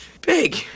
big